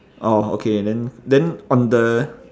orh okay and then then on the